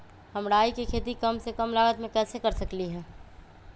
हम राई के खेती कम से कम लागत में कैसे कर सकली ह?